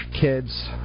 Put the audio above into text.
kids